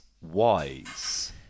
Wise